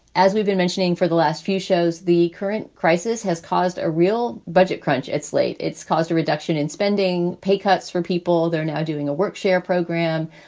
as we've been mentioning for the last few shows, the current crisis has caused a real budget crunch. it's late. it's caused a reduction in spending. pay cuts for people. they're now doing a work share program,